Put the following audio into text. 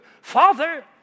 Father